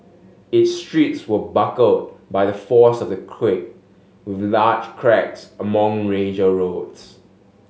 its streets were buckled by the force of the quake with large cracks along major roads